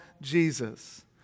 Jesus